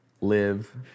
live